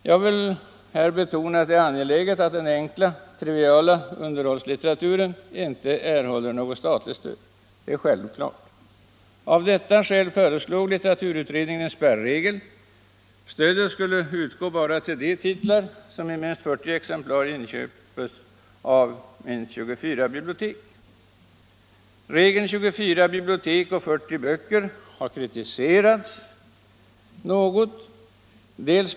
Jag vill här betona att det är angeläget att den enkla triviala underhållningslitteraturen inte erhåller något statligt stöd. Det är självklart. Av detta skäl föreslog litteraturutredningen en spärregel. Stödet skulle utgå bara till de titlar som i minst 40 exemplar inköpts av minst 24 bibliotek. Regeln 24 bibliotek och 40 böcker har kritiserats något.